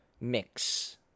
mix